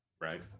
right